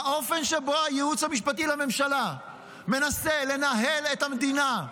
האופן שבו הייעוץ המשפטי לממשלה מנסה לנהל את המדינה,